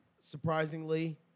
surprisingly